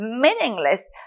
meaningless